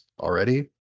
already